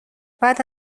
بعد